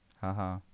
haha